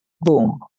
boom